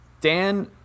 Dan